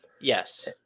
Yes